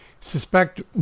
suspect